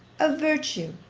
of virtue,